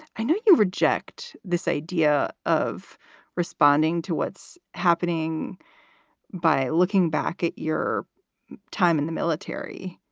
i know you reject this idea of responding to what's happening by looking back at your time in the military.